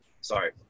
sorry